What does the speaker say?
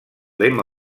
lema